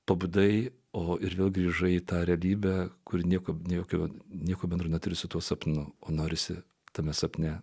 pabudai o ir vėl grįžai į tą realybę kur nekabini jokių nieko bendro neturi su tuo sapnu o norisi tame sapne